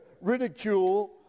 ridicule